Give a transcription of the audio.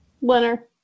Winner